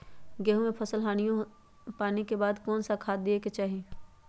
गेंहू में पहिला पानी के बाद कौन खाद दिया के चाही?